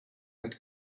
had